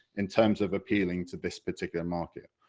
in terms of appealing to this particular market.